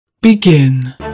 Begin